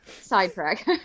Sidetrack